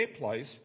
place